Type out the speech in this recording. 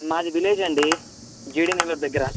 మాది విలేజ్ అండి జీడీ నెల్లూరు దగ్గిర